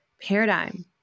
paradigm